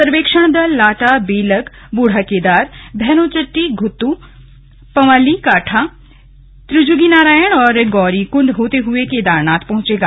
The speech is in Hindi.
सर्वेक्षण दल लाटा बेलक बूढ़ाकेदार भैरों चट्टी घुत्तू पंवाली कांठा त्रिजुगीनारायण और गौरीकुंड होते हुए केदारनाथ पहुंचेगा